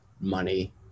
money